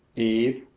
eve,